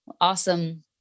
awesome